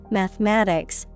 mathematics